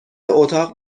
اتاق